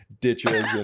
ditches